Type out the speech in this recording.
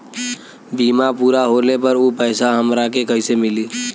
बीमा पूरा होले पर उ पैसा हमरा के कईसे मिली?